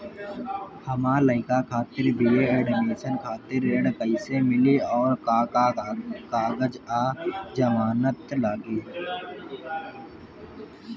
हमार लइका खातिर बी.ए एडमिशन खातिर ऋण कइसे मिली और का का कागज आ जमानत लागी?